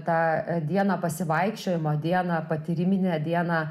tą dieną pasivaikščiojimo dieną patyriminę dieną